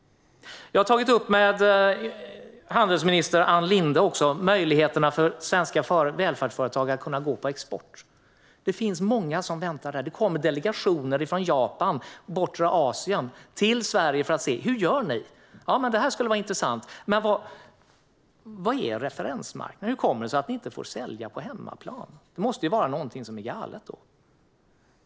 Jag har tagit upp med handelsminister Ann Linde möjligheterna för svenska välfärdsföretag att gå på export. Det finns många som väntar. Det kommer delegationer från Japan och övriga bortre Asien till Sverige för att se: Hur gör ni? Det här skulle vara intressant. Men vad är referensmarknaden? Hur kommer det sig att ni inte får sälja på hemmaplan? Det måste ju vara någonting som är galet.